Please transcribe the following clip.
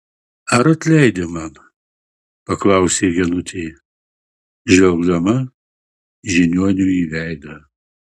ar atleidi man paklausė genutė žvelgdama žiniuoniui į veidą